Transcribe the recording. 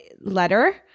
letter